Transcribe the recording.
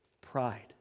pride